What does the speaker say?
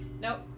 nope